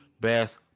best